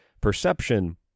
perception